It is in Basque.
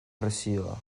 presioa